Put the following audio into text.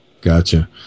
Gotcha